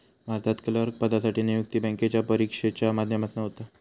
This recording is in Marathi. भारतात क्लर्क पदासाठी नियुक्ती बॅन्केच्या परिक्षेच्या माध्यमातना होता